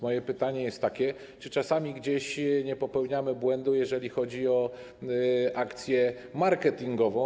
Moje pytanie jest takie: Czy czasami gdzieś nie popełniamy błędu, jeżeli chodzi o akcję marketingową?